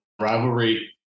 rivalry –